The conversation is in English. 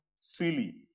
silly